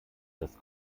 das